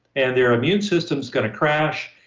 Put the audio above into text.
and their immune system's going to crash,